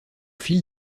fil